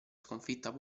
sconfitta